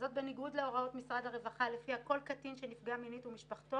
וזאת בניגוד להוראות משרד הרווחה לפיה כל קטין שנפגע מינית ומשפחתו,